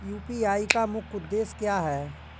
UPI का मुख्य उद्देश्य क्या है?